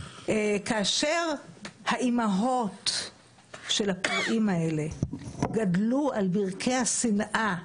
כאשר האימהות של הפורעים האלה גדלו על ברכי השנאה,